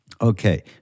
Okay